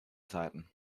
zeiten